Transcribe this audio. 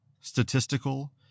statistical